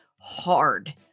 hard